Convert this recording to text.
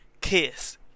Kiss